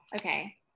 okay